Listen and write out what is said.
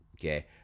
Okay